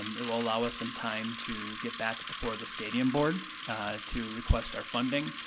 um it will allow us some time to get back before the stadium board to request our funding.